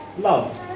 Love